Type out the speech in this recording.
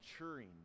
maturing